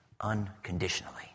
unconditionally